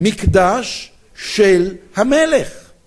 מקדש של המלך.